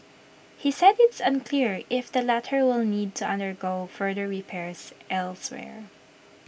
he said IT is unclear if the latter will need to undergo further repairs elsewhere